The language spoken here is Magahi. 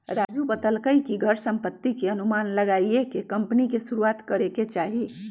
राजू बतलकई कि घर संपत्ति के अनुमान लगाईये के कम्पनी शुरू करे के चाहि